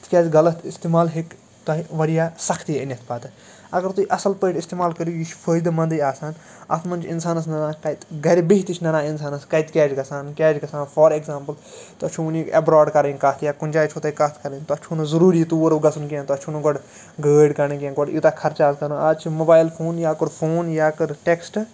تِکیٛازِ غلط استعمال ہیٚکہِ تۄہہِ واریاہ سختی أنِتھ پتہٕ اگر تُہۍ اَصٕل پٲٹھۍ استعمال کٔرِو یہِ چھِ فٲیِدٕ منٛدٕے آسان اَتھ منٛز چھِ اِنسانَس نَنان کَتہِ گَرِ بِہتٕے چھِ نَنان اِنسانَس کَتہِ کیٛاہ چھِ گژھان کیٛاہ چھِ گژھان فار اٮ۪گزامپٕل توہہِ چھو وٕنی اٮ۪براڈ کَرٕنۍ کَتھ یا کُنہِ جایہِ چھو تۄہہِ کَتھ کَرٕنۍ تۄہہِ چھُنہٕ ضٔروٗری تور وۄنۍ گژھُن کیٚنٛہہ تۄہہِ چھُنہٕ گۄڈٕ گٲڑۍ کَڑٕنۍ کیٚنٛہہ گۄڈٕ یوٗتاہ خرچہٕ آز کَرُن آز چھِ موبایِل فون یا کوٚر فون یا کٔر ٹٮ۪کٕسٹ